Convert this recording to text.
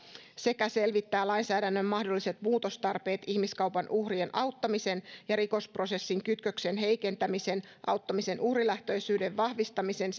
sekä selvittää lainsäädännön mahdolliset muutostarpeet ihmiskaupan uhrien auttamisen ja rikosprosessin kytköksen heikentämisen auttamisen uhrilähtöisyyden vahvistamisen